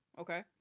okay